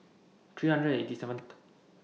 three hundred and eighty seventh